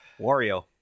Wario